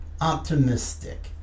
optimistic